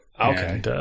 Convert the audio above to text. Okay